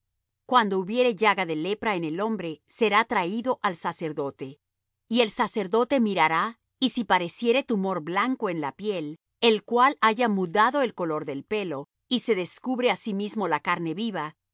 cuando hubiere llaga de lepra en el hombre será traído al sacerdote y el sacerdote mirará y si pareciere tumor blanco en la piel el cual haya mudado el color del pelo y se descubre asimismo la carne viva